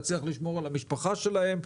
להצליח לשמור על המשפחה שלהם.